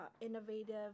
innovative